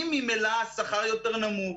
אם ממילא השכר יותר נמוך,